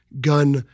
gun